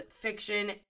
fiction